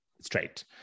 straight